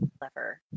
clever